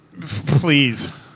please